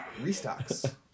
restocks